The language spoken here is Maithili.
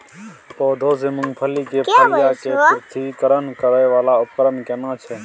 पौधों से मूंगफली की फलियां के पृथक्करण करय वाला उपकरण केना छै?